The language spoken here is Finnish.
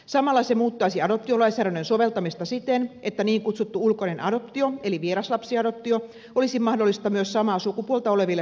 samalla se muuttaisi adoptiolainsäädännön soveltamista siten että niin kutsuttu ulkoinen adoptio eli vieraslapsiadoptio olisi mahdollista myös samaa sukupuolta oleville pareille